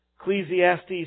Ecclesiastes